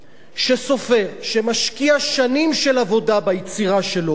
שמשקיע שנים של עבודה ביצירה שלו למעננו הקוראים,